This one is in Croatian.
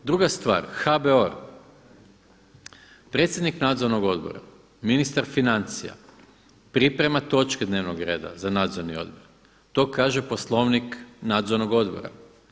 Druga stvar, HBOR predsjednik nadzornog odbora, ministar financija priprema točke dnevnog reda za nadzorni odbor, to kaže poslovnik nadzornog odbora.